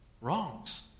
wrongs